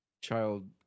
child